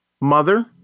Mother